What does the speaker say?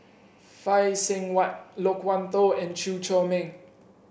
Phay Seng Whatt Loke Wan Tho and Chew Chor Meng